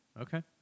Okay